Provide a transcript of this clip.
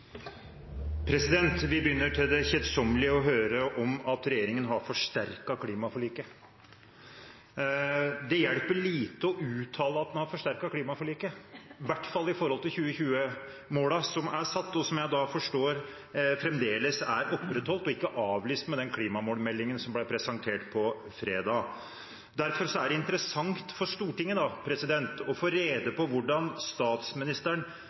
det kjedsommelige at regjeringen har forsterket klimaforliket. Det hjelper lite å uttale at man har forsterket klimaforliket – i hvert fall i forhold til 2020-målene som er satt, og som jeg forstår fremdeles blir opprettholdt og ikke avlyst med den klimamålmeldingen som ble presentert fredag. Derfor er det interessant for Stortinget å få rede på hvordan statsministeren